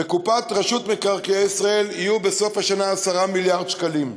בקופת רשות מקרקעי ישראל יהיו בסוף השנה 10 מיליארד שקלים.